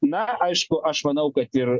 na aišku aš manau kad ir